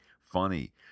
funny